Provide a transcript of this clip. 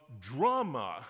drama